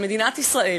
של מדינת ישראל,